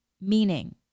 meaning